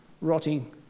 rotting